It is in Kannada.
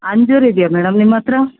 ಅಂಜೂರ ಇದೆಯಾ ಮೇಡಮ್ ನಿಮ್ಮತ್ತಿರಾ